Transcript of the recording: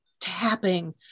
tapping